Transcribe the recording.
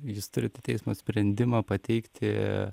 jūs turite teismo sprendimą pateikti